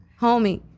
homie